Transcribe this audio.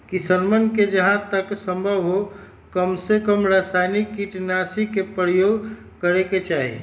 किसनवन के जहां तक संभव हो कमसेकम रसायनिक कीटनाशी के प्रयोग करे के चाहि